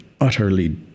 utterly